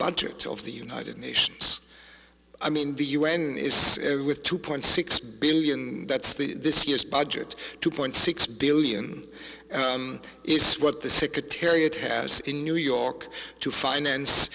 budget of the united nations i mean the u n is with two point six billion that's the this year's budget two point six billion is what the secretary it has in new york to finance